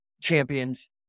champions